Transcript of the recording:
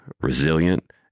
resilient